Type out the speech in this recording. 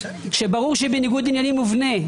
שברור שהיא בניגוד עיניינים מובנה,